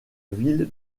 ville